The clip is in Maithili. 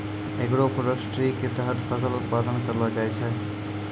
एग्रोफोरेस्ट्री के तहत फसल उत्पादन करलो जाय छै